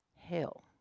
hell